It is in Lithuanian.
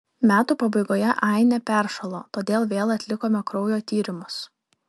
metų pabaigoje ainė peršalo todėl vėl atlikome kraujo tyrimus